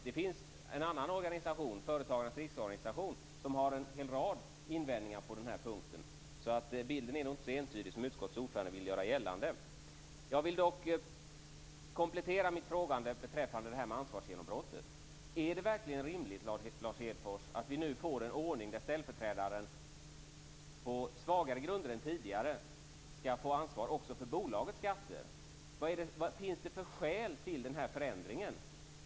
Det finns en annan organisation, Företagarnas riksorganisation, som har en hel rad invändningar på den här punkten, så bilden är nog inte så entydig som utskottets ordförande vill göra gällande. Jag vill dock komplettera mitt frågande beträffande ansvarsgenombrottet. Är det verkligen rimligt, Lars Hedfors, att vi nu får en ordning där ställföreträdaren, på svagare grunder än tidigare, skall få ansvar också för bolagets skatter? Vad finns det för skäl till den här förändringen?